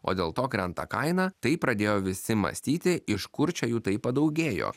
o dėl to krenta kaina tai pradėjo visi mąstyti iš kur čia jų taip padaugėjo